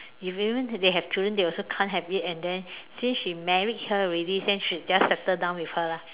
ev~ even they have children they also can't have it and then since she married her already then should just settle down with her lah